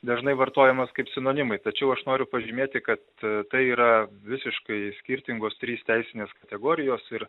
dažnai vartojamos kaip sinonimai tačiau aš noriu pažymėti kad tai yra visiškai skirtingos trys teisinės kategorijos ir